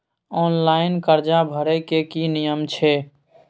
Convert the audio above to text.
Online कर्जा भरै के की नियम छै?